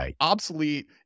obsolete